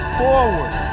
forward